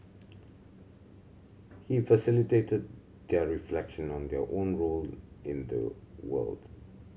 he facilitated their reflection on their own role in the world